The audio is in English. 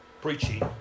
preaching